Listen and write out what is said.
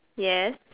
yes